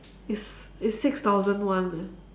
it's it's six thousand one eh